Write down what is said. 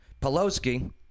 Pelosi